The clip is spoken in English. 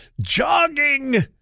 jogging